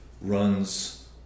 runs